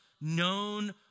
known